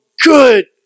good